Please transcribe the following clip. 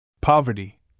Poverty